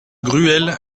gruel